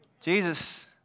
Jesus